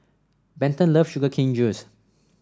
Benton love Sugar Cane Juice